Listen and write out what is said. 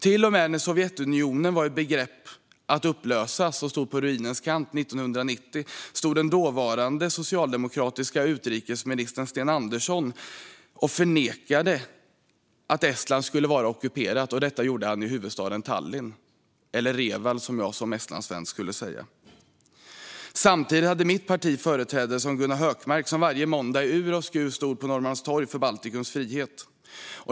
Till och med när Sovjetunionen var på väg att upplösas och stod på ruinens brant 1990 stod den dåvarande socialdemokratiske utrikesministern Sten Andersson och förnekade att Estland skulle vara ockuperat. Detta gjorde han i huvudstaden Tallinn - eller Reval, som jag som estlandssvensk skulle säga. Samtidigt hade mitt parti företrädare som Gunnar Hökmark, som varje måndag i ur och skur stod på Norrmalmstorg för Baltikums frihet.